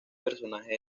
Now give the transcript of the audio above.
personaje